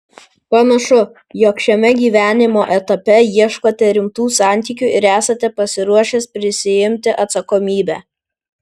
panašu jog šiame gyvenimo etape ieškote rimtų santykių ir esate pasiruošęs prisiimti atsakomybę